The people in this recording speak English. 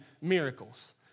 miracles